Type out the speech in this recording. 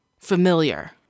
Familiar